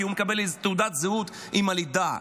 כי הוא מקבל תעודת זהות עם הלידה.